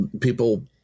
people